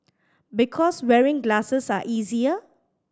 because wearing glasses are easier